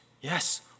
Yes